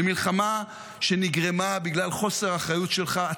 למלחמה שנגרמה בגלל חוסר האחריות שלך.